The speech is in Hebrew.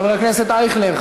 חבר הכנסת אייכלר,